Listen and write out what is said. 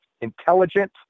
intelligent